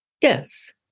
Yes